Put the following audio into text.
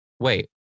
Wait